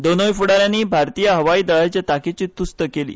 दोनूय फुडाऱ्यांनी भारतीय हवाई दळाचे तांकीची तुस्त केली